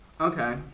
Okay